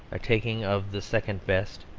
a taking of the second best,